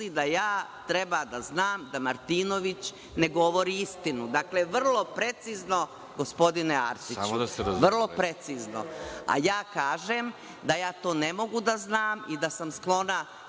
da treba da znam da Martinović ne govori istinu. Dakle, vrlo precizno gospodine Arsiću. Vrlo precizno. Kažem da ja to ne mogu da znam i da sam sklona